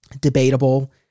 debatable